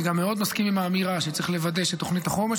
אני גם מאוד מסכים עם האמירה שצריך לוודא שתוכנית החומש,